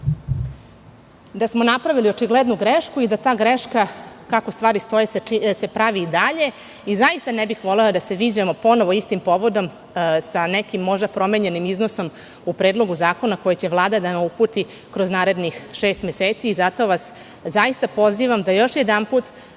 da smo napravili očiglednu grešku i da ta greška kako stvari stoje se pravi i dalje i zaista ne bih volela da se viđamo ponovo istim povodom sa nekim možda promenjenim iznosom u Predlogu zakona koji će Vlada da nam uputi kroz narednih šest meseci i zato vas zaista pozivam da još jedanput